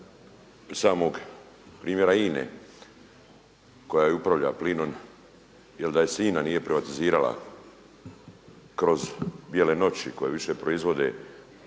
samog primjera INA-e koja upravlja plinom jer da se INA nije privatizirala kroz bijele noći koje više proizvode